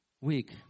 week